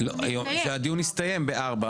אני אמליץ לו בכל אופן ככל שזה תלוי בי לאמץ,